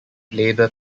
labour